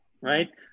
Right